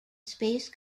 space